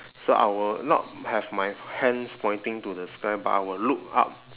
so I will not have my hands pointing to the sky but I will look up